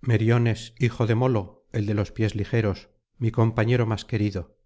menes hijo de molo el de los pies ligeros mi compañero más querido